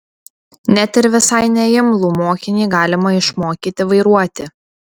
net ir visai neimlų mokinį galima išmokyti vairuoti